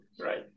Right